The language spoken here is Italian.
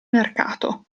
mercato